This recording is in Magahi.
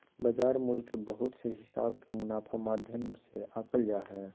बाजार मूल्य के बहुत से हिसाब के मुनाफा माध्यम से आंकल जा हय